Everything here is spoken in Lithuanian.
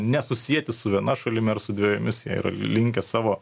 nesusieti su viena šalimi ar su dvejomis jie yra linkę savo